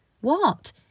What